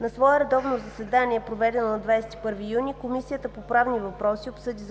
На свое редовно заседание, проведено на 21 юни 2017 г., Комисията по правни въпроси обсъди